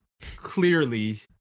clearly